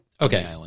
Okay